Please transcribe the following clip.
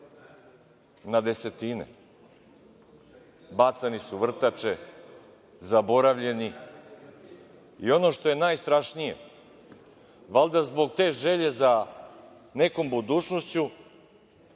Na desetine. Bacani su u vrtače, zaboravljeni. Ono što je najstrašnije, valjda zbog te želje za nekom budućnošću,